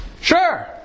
sure